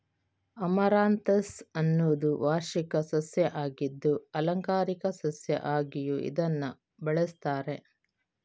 amaranthus ಅನ್ನುದು ವಾರ್ಷಿಕ ಸಸ್ಯ ಆಗಿದ್ದು ಆಲಂಕಾರಿಕ ಸಸ್ಯ ಆಗಿಯೂ ಇದನ್ನ ಬೆಳೆಸ್ತಾರೆ